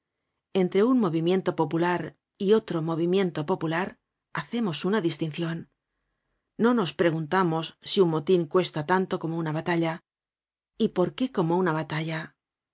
entre un movimiento popular y otro movimiento popular hacemos una distincion no nos preguntamos si un motin cuesta tanto como una batalla y por qué como una batalla